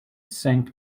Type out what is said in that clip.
sank